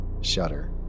shudder